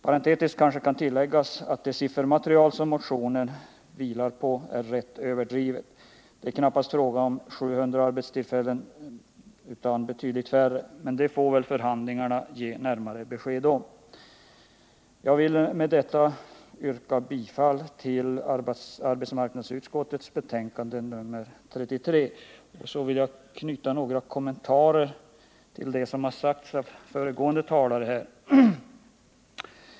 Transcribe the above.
Parentetiskt kan tilläggas att det siffermaterial som motionerna stöder sig på är rätt överdrivet. Det är knappast fråga om 700 arbetstillfällen utan betydligt färre. Men det får väl förhandlingarna ge närmare besked om. Med detta yrkar jag bifall till vad arbetsmarknadsutskottet hemställt i sitt Jag vill gärna knyta några kommentarer till en del avdet som har sagts av de föregående talarna.